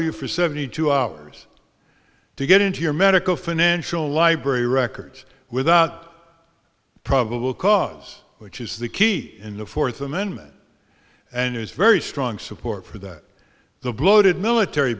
you for seventy two hours to get into your medical financial library records without probable cause which is the key in the fourth amendment and his very strong support for that the bloated military